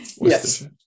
yes